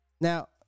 Now